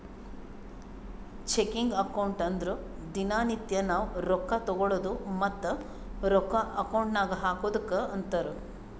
checking account ಅಂದುರ್ ದಿನಾ ನಿತ್ಯಾ ನಾವ್ ರೊಕ್ಕಾ ತಗೊಳದು ಮತ್ತ ರೊಕ್ಕಾ ಅಕೌಂಟ್ ನಾಗ್ ಹಾಕದುಕ್ಕ ಅಂತಾರ್